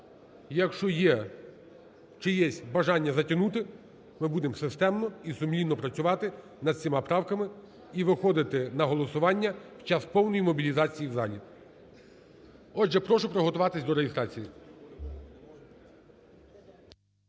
якщо є чиєсь бажання затягнути, ми будемо системно і сумлінно працювати над всіма правками і виходити на голосування в час, повний мобілізації в залі. Отже, прошу приготуватись до реєстрації.